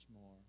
more